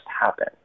happen